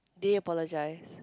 they apologize